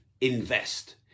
invest